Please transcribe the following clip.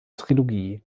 trilogie